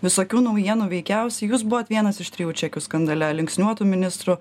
visokių naujienų veikiausiai jūs buvot vienas iš trijų čekių skandale linksniuotų ministrų